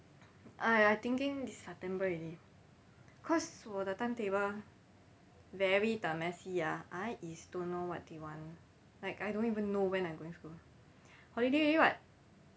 !aiya! thinking this september already cause 我的 timetable very the messy ah I is don't know what they want like I don't even know what I'm going for holiday [what]